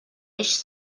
eix